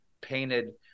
painted